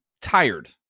tired